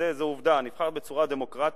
זו עובדה, נבחרת בצורה דמוקרטית